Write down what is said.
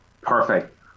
Perfect